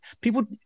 people